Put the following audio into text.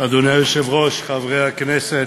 אדוני היושב-ראש, חברי הכנסת,